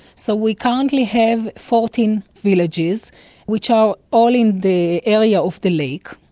so we currently have fourteen villages which are all in the area of the lake,